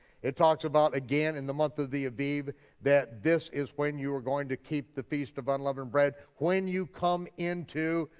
it talks about again in the month of the aviv that this is when you are going to keep the feast of unleavened bread, when you come into,